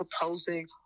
proposing